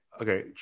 Okay